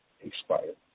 expired